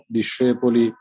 discepoli